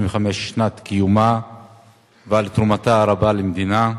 75 שנות קיומה ועל תרומתה הרבה למדינה.